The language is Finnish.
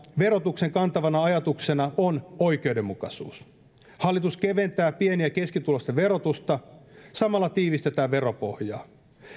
verotuksen kantavana ajatuksena on oikeudenmukaisuus hallitus keventää pieni ja keskituloisten verotusta samalla tiivistetään veropohjaa